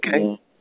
Okay